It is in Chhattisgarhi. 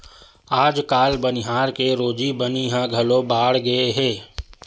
आजकाल बनिहार के रोजी बनी ह घलो बाड़गे हे